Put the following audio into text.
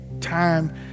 time